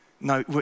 No